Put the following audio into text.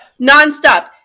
Nonstop